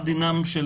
למשל,